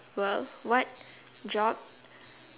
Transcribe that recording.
world what job